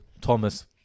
Thomas